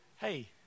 hey